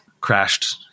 crashed